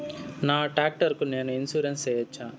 నా టాక్టర్ కు నేను ఇన్సూరెన్సు సేయొచ్చా?